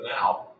now